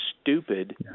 stupid